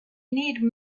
need